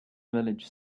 village